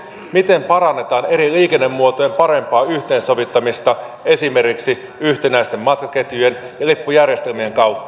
miten parannetaan eri liikennemuotojen parempaa yhteensovittamista esimerkiksi yhtenäisten matkaketjujen lippujärjestelmien kautta